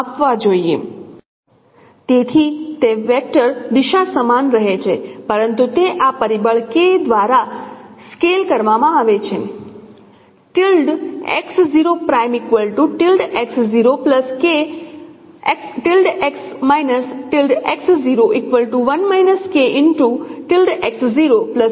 તેથી તે વેક્ટર દિશા સમાન રહે છે પરંતુ તે આ પરિબળ k દ્વારા સ્કેલ કરવામાં આવે છે